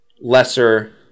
lesser